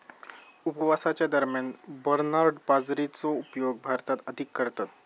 उपवासाच्या दरम्यान बरनार्ड बाजरीचो उपयोग भारतात अधिक करतत